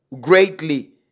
greatly